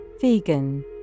vegan